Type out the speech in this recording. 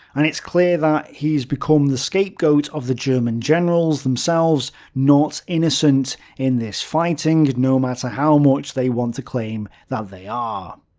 and it's clear that he's become the scapegoat of the german generals themselves not innocent in this fighting, no matter how much they want to claim that they are.